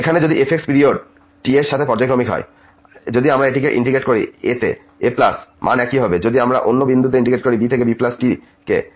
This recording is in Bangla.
এখানে যদি f পিরিয়ড T এর সাথে পর্যায়ক্রমিক হয় যদি আমরা এটিকে ইন্টিগ্রেট করি a তে a মান একই হবে যদি আমরা অন্য বিন্দু ইন্টিগ্রেট করি b থেকে bt কে